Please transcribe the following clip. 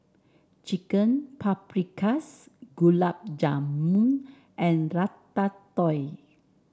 Chicken Paprikas Gulab Jamun and Ratatouille